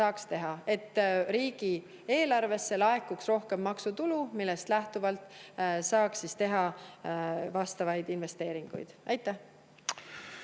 saaks teha, ja et riigieelarvesse laekuks rohkem maksutulu, millest lähtuvalt saaks teha vastavaid investeeringuid? Aitäh!